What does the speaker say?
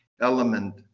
element